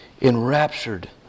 Enraptured